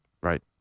right